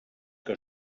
que